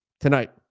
tonight